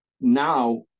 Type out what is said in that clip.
now